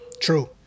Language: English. True